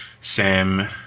Sam